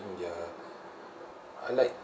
their I like